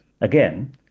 again